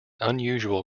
unusual